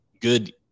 good